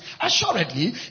Assuredly